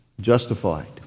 justified